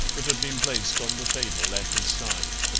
that had been placed on the table at his side.